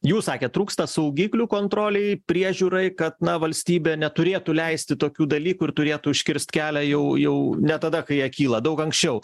jūs sakėt trūksta saugiklių kontrolei priežiūrai kad na valstybė neturėtų leisti tokių dalykų ir turėtų užkirst kelią jau jau ne tada kai jie kyla daug anksčiau